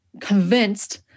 convinced